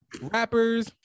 rappers